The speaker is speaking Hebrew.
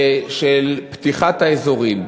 של פתיחת האזורים,